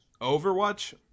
overwatch